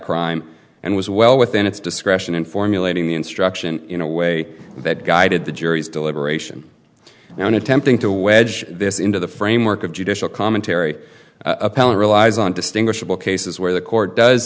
crime and was well within its discretion in formulating the instruction in a way that guided the jury's deliberation now in attempting to wedge this into the framework of judicial commentary appellate relies on distinguishable cases where the court does